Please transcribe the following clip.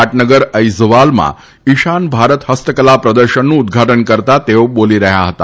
પાટનગર ઐઝવાલમાં ઇશાન ભારત હસ્તકલા પ્રદર્શનનું ઉદ્દઘાટન કરતા તેઓ બોલી રહ્યા હતા